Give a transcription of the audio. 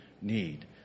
need